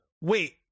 wait